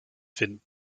finden